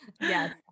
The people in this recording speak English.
Yes